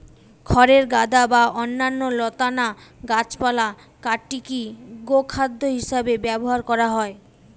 খড়ের গাদা বা অন্যান্য লতানা গাছপালা কাটিকি গোখাদ্য হিসেবে ব্যবহার করা হয়